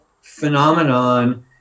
phenomenon